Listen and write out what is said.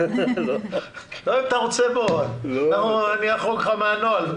אני אחרוג מהנוהל.